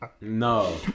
No